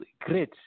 great